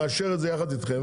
נאשר את זה ביחד איתכם,